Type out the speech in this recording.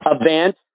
event